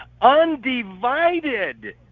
undivided